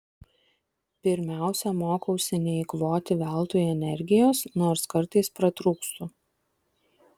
pirmiausia mokausi neeikvoti veltui energijos nors kartais pratrūkstu